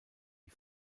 die